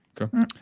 okay